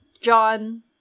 John